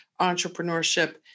entrepreneurship